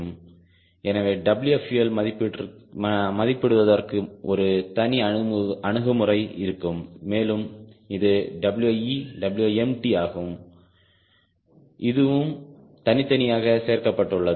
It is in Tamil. எனவே Wfuel மதிப்பிடுவதற்கு ஒரு தனி அணுகுமுறை இருக்கும் மேலும் இது We Wempty ஆகும் இதுவும் தனித்தனியாக சேர்க்கப்பட்டுள்ளது